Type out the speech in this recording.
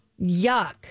Yuck